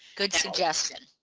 good suggestion.